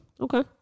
Okay